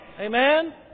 Amen